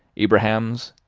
abrahams,